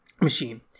machine